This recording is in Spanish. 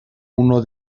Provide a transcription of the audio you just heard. uno